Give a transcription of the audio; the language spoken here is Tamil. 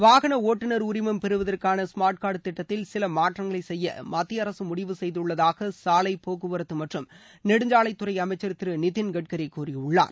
வாகன ஒட்டுநர் உரிமம் பெறுவதற்கான ஸ்மாா்ட் காா்டு திட்டத்தில் சில மாற்றங்களை செய்ய மத்ததிய அரசு முடிவு செய்துள்ளதாக சாலை போக்குவரத்து மற்றும் நெடுஞ்சாலைத்துறை அமைச்சர் திரு நிதின்கட்கரி கூறியுள்ளார்